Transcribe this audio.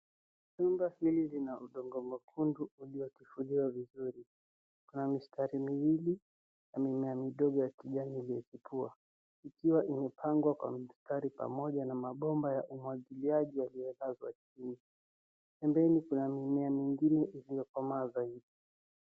Chumba hili lina udongo mwekundu uliyotifuliwa vizuri kuna mistari miwili na mimea midogo ya kijani iliyofichua ikiwa imepangwa kwa mstari pamoja na mabomba ya umwagiliaji wa pembeni kuna mimea mingine iliyokomaa zaidi.